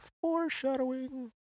Foreshadowing